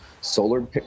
solar